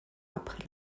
après